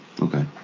Okay